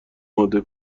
اماده